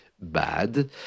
bad